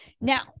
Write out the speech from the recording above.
Now